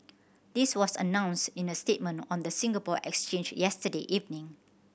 this was announced in a statement on the Singapore Exchange yesterday evening